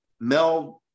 Mel